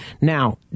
Now